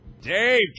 Dave